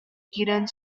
киирэн